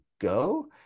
go